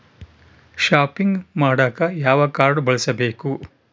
Shopping ಮಾಡಾಕ ಯಾವ card ಬಳಸಬೇಕು?